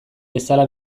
bezala